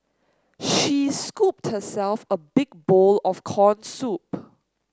she scooped herself a big bowl of corn soup